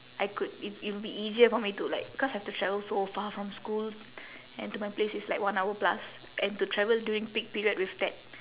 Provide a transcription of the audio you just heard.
I could it's it will be easier for me to like because I have to travel so far from school and to my place it's like one hour plus and to travel during peak period with that